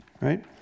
right